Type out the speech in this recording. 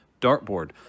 dartboard